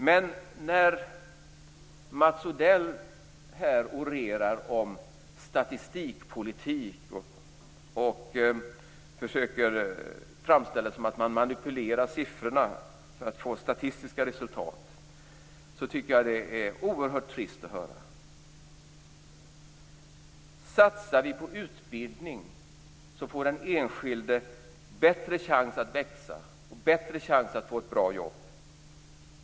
Men jag tycker att det är oerhört trist att höra Mats Odell orera om statistikpolitik och försöka framställa det som att man manipulerar siffrorna för att få statistiska resultat. Satsar vi på utbildning får den enskilde bättre chans att växa och bättre chans att få ett bra jobb.